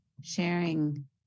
sharing